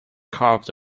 carved